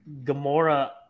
Gamora